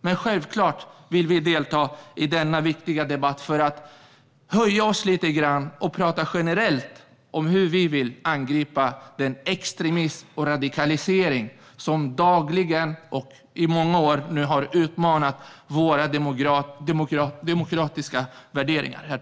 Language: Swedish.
Men självklart vill vi, herr talman, delta i denna viktiga debatt för att höja oss lite grann och tala generellt om hur vi vill angripa den extremism och radikalisering som dagligen i många år nu har utmanat våra demokratiska värderingar.